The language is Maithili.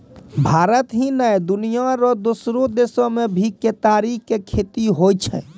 भारत ही नै, दुनिया रो दोसरो देसो मॅ भी केतारी के खेती होय छै